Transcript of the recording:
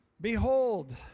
Behold